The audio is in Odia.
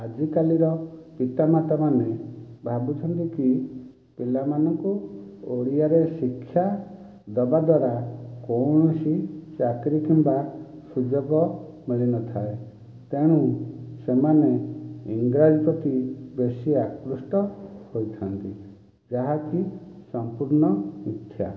ଆଜି କାଲିର ପିତାମାତାମାନେ ଭାବୁଛନ୍ତି କି ପିଲାମାନଙ୍କୁ ଓଡ଼ିଆରେ ଶିକ୍ଷା ଦେବା ଦ୍ଵାରା କୌଣସି ଚାକିରି କିମ୍ବା ସୁଯୋଗ ମିଳିନଥାଏ ତେଣୁ ସେମାନେ ଇଂରାଜୀ ପ୍ରତି ବେଶି ଆକୃଷ୍ଟ ହୋଇଥାଆନ୍ତି ଯାହାକି ସମ୍ପୂର୍ଣ୍ଣ ମିଥ୍ୟା